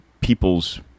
people's